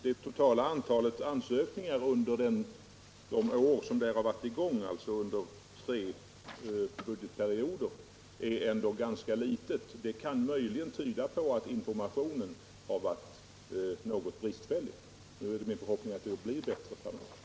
Det totala antalet ansökningar under de år som stödet har funnits, dvs. under tre budgetperioder, är ändå ganska litet, och det kan möjligen tyda på att informationen har varit något bristfällig. Nu är det min förhoppning att det skall bli bättre framöver.